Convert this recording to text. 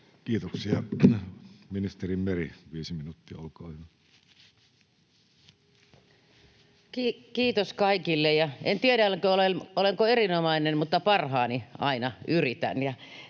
Kiitoksia. — Ministeri Meri, viisi minuuttia, olkaa hyvä. Kiitos kaikille! En tiedä, olenko erinomainen, mutta parhaani aina yritän,